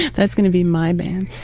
that's going to be my band.